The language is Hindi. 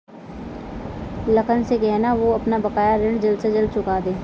लखन से कहना, वो अपना बकाया ऋण जल्द से जल्द चुका दे